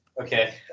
okay